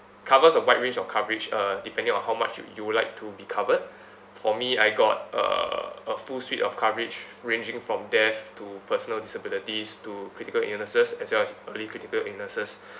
covers a wide range of coverage uh depending on how much you you would like to be covered for me I got uh a full suite of coverage ranging from death to personal disabilities to critical illnesses as well early critical illnesses